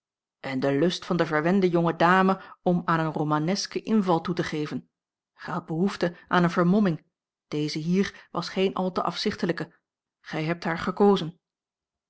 en de lust van de verwende jonge dame om aan een romanesken inval toe te geven gij hadt behoefte aan eene vermomming deze hier was geene al te afzichtelijke gij hebt haar gekozen